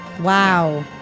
Wow